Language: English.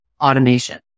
automation